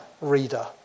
Reader